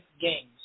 games